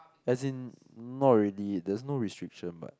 as in not really there's no restriction but